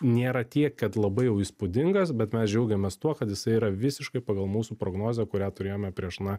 nėra tiek kad labai jau įspūdingas bet mes džiaugiamės tuo kad jisai yra visiškai pagal mūsų prognozę kurią turėjome prieš na